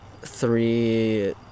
three